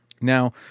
Now